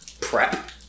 prep